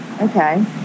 Okay